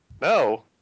No